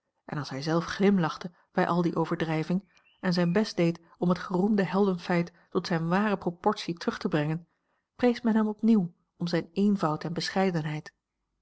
en als hij zelf glimlachte bij al die overdrijving en zijn best a l g bosboom-toussaint langs een omweg deed om het geroemde heldenfeit tot zijne ware proportie terug te brengen prees men hem opnieuw om zijn eenvoud en bescheidenheid